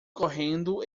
correndo